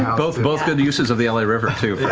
both both good uses of the la river, too.